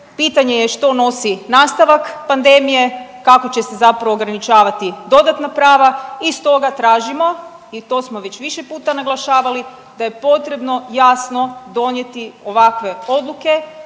Pitanje je što nosi nastavak pandemije, kako će se zapravo ograničavati dodatna prava i stoga tražimo i to smo već više puta naglašavali da je potrebno jasno donijeti ovakve odluke